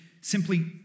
simply